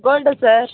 gold sir